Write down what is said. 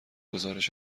گزارش